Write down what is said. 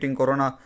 corona